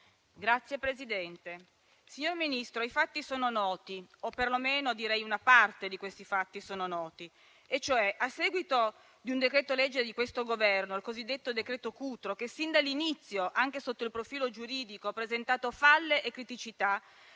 *(PD-IDP)*. Signor Ministro, i fatti sono noti, o perlomeno una parte degli stessi. A seguito di un decreto-legge di questo Governo, il cosiddetto decreto Cutro, che sin dall'inizio, anche sotto il profilo giuridico, ha presentato falle e criticità,